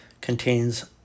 contains